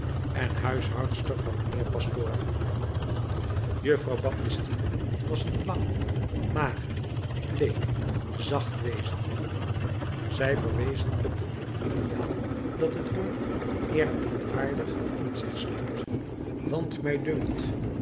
en huishoudster van mijnheer pastoor juffrouw baptistine was een lang mager bleek zacht wezen zij verwezenlijkte het ideaal dat het woord eerbiedwaardig in zich sluit want mij dunkt